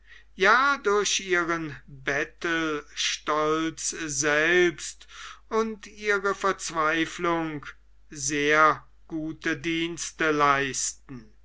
ja durch ihren bettelstolz selbst und ihre verzweiflung sehr gute dienste leisten